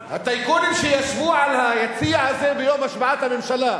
הטייקונים שישבו ביציע הזה ביום השבעת הממשלה.